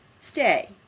Stay